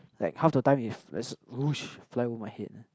like half the time it just !woosh! fly over my head